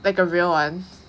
like a real one